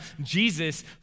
Jesus